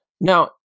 Now